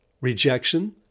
rejection